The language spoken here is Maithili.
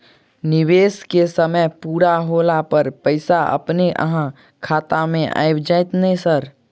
निवेश केँ समय पूरा होला पर पैसा अपने अहाँ खाता मे आबि जाइत नै सर?